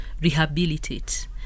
rehabilitate